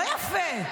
לא יפה.